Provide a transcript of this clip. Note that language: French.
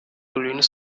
collines